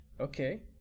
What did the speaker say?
okay